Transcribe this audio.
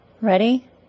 Ready